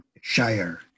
shire